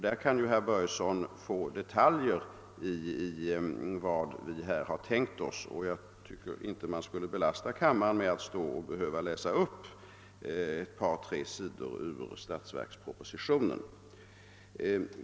Där kan herr Börjesson få detaljerade upplysningar, och jag tycker inte att man skall behöva belasta kammaren med att läsa upp flera sidor ur statsverkspropositionen.